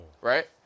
Right